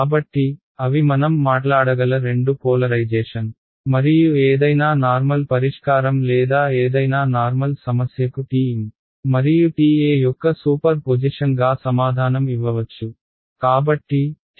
కాబట్టి అవి మనం మాట్లాడగల రెండు పోలరైజేషన్ మరియు ఏదైనా నార్మల్ పరిష్కారం లేదా ఏదైనా నార్మల్ సమస్యకు TM మరియు TE యొక్క సూపర్పొజిషన్గా సమాధానం ఇవ్వవచ్చు